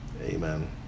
Amen